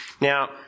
Now